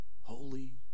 holy